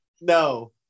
No